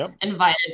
invited